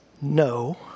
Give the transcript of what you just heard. no